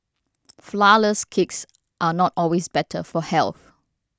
Flourless Cakes are not always better for health